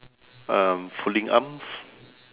um folding arms